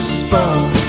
spoke